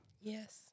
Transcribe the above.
Yes